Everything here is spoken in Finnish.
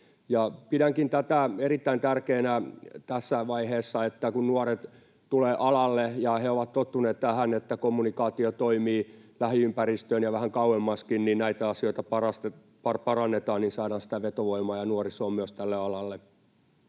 Pidänkin tätä erittäin tärkeänä tässä vaiheessa, kun nuoret tulevat alalle, sillä kun he ovat tottuneet siihen, että kommunikaatio toimii lähiympäristöön ja vähän kauemmaskin, niin kun näitä asioita parannetaan, saadaan vetovoimaa ja nuorisoa myös tälle alalle.